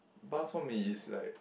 bak-chor-mee is like